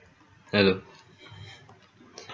hello